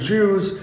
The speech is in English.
Jews